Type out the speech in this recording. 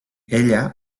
ella